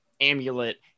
amulet